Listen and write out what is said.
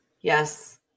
yes